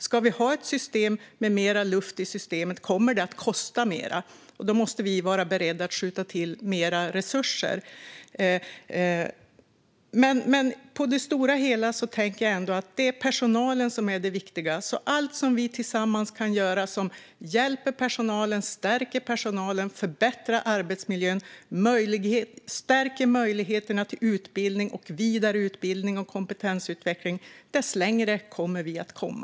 Ska vi ha ett system med mer luft kommer det att kosta mer, och då måste vi vara beredda att skjuta till mer resurser. Men på det stora hela tänker jag ändå att det är personalen som är det viktiga. Ju mer som vi tillsammans kan göra som hjälper personalen, stärker personalen, förbättrar arbetsmiljön, stärker möjligheterna till utbildning, vidareutbildning och kompetensutveckling, desto längre kommer vi att komma.